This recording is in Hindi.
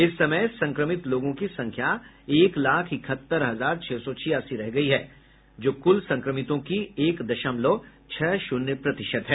इस समय संक्रमित लोगों की संख्या एक लाख इकहत्तर हजार छह सौ छियासी रह गई है जो कुल संक्रमितों की एक दशमलव छह शून्य प्रतिशत है